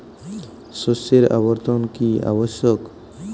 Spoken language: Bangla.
শস্যের আবর্তন কী আবশ্যক?